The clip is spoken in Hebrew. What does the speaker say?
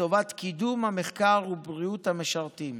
לטובת קידום המחקר ובריאות המשרתים.